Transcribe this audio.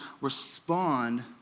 respond